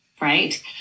right